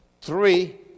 three